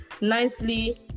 nicely